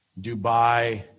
Dubai